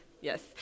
Yes